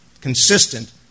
consistent